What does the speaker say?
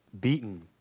beaten